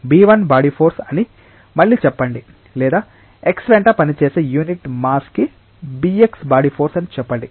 B1 body force అని మళ్ళీ చెప్పండి లేదా x వెంట పనిచేసే యూనిట్ మాస్ కి bx బాడీ ఫోర్స్ అని చెప్పండి